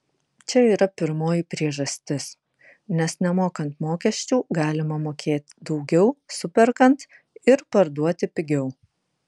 čia yra pirmoji priežastis nes nemokant mokesčių galima mokėt daugiau superkant ir parduoti pigiau